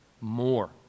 more